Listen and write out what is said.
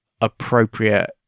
appropriate